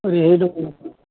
ओरैहाय दं